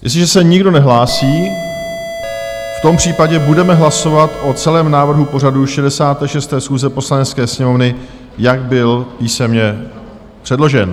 Jestliže se nikdo nehlásí, v tom případě budeme hlasovat o celém návrhu pořadu 66. schůze Poslanecké sněmovny, jak byl písemně předložen.